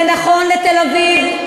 זה נכון לתל-אביב,